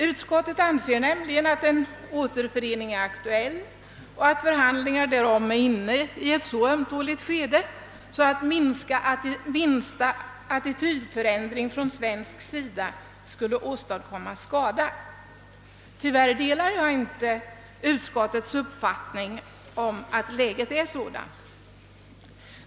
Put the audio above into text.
Utskottet anser nämligen att en återförening är aktuell och att förhandlingar därom är inne i ett så ömtåligt skede att minsta attitydförändring från svensk sida skulle åstadkomma skada. Tyvärr delar jag inte utskottets uppfattning om att läget är sådant.